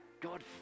God